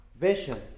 vision